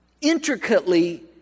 Intricately